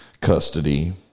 custody